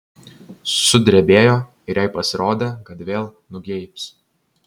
sudrebėjo ir jai pasirodė kad vėl nugeibs